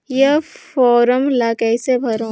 ये फारम ला कइसे भरो?